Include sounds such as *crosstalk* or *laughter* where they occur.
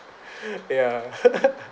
*laughs* ya *laughs*